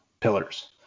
pillars